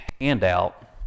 handout